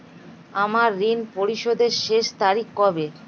আমার ঋণ পরিশোধের শেষ তারিখ কবে?